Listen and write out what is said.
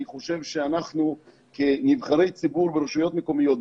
אני חושב שאנחנו כנבחרי ציבור ברשויות מקומיות,